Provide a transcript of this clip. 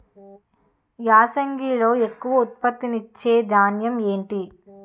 యాసంగిలో ఎక్కువ ఉత్పత్తిని ఇచే ధాన్యం ఏంటి?